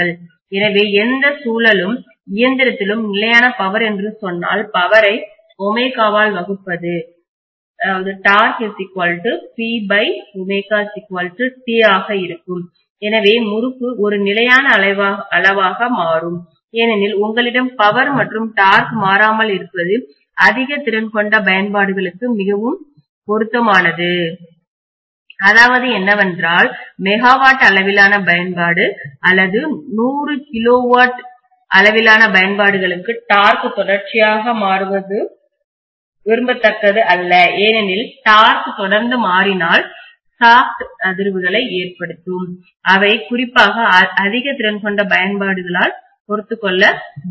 எனவே எந்த சுழலும் இயந்திரத்திலும் நிலையான பவர் என்று சொன்னால் பவரை ஆல் வகுப்பது டார்க்முறுக்கு T ஆக இருக்கும் எனவே முறுக்கு ஒரு நிலையான அளவாக மாறும் ஏனெனில் உங்களிடம் பவர் மற்றும் டார்க் மாறாமல் இருப்பது அதிக திறன் கொண்ட பயன்பாடுகளுக்கு மிகவும் பொருத்தமானது அதாவது என்னவென்றால் மெகாவாட் MW அளவிலான பயன்பாடு அல்லது 100 கிலோவாட் அளவிலான பயன்பாடுகளுக்கு டார்க் தொடர்ச்சியாக மாறுவதும விரும்பதக்கது அல்லஏனெனில் டார்க் தொடர்ந்து மாறினால் சாப்ட் தண்டுக்கு அதிர்வுகளை ஏற்படுத்தும் அவை குறிப்பாக அதிக திறன்கொண்ட பயன்பாடுகள் ஆல் பொறுத்துக்கொள்ள முடியாது